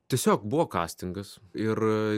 tiesiog buvo kastingas ir